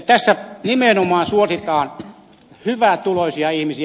tässä nimenomaan suositaan hyvätuloisia ihmisiä